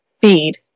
feed